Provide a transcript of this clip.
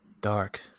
dark